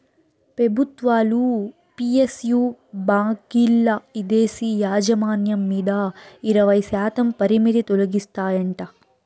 పెబుత్వాలు పి.ఎస్.యు బాంకీల్ల ఇదేశీ యాజమాన్యం మీద ఇరవైశాతం పరిమితి తొలగిస్తాయంట